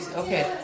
okay